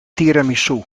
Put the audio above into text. tiramisu